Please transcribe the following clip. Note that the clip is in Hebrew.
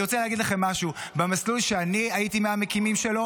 אני רוצה להגיד לכם משהו: במסלול שאני הייתי מהמקימים שלו,